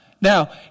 Now